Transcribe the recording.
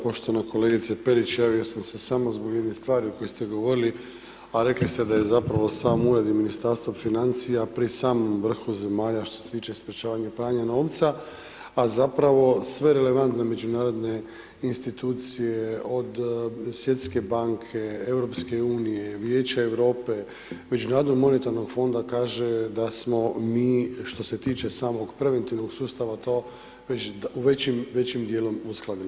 Poštovana kolegice Perić, javio sam se samo zbog jedne stvari o kojoj ste govorili a rekli ste da je zapravo sam Ured i Ministarstvo financija pri samom vrhu zemalja što se tiče sprječavanja pranja novca a zapravo sve relevantne međunarodne institucije od Svjetske banke, EU, Vijeća Europe, Međunarodnog monetarnog fonda kaže da smo mi što se tiče samog preventivnog sustava to većim dijelom uskladili.